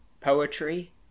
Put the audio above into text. poetry